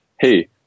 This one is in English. hey